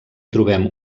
trobem